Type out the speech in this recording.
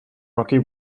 rocky